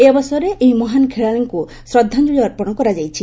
ଏହି ଅବସରରେ ଏହି ମହାନ୍ ଖେଳାଳିଙ୍କୁ ଶ୍ରଦ୍ବାଞ୍ଞଳି ଅର୍ପଣ କରିଛନ୍ତି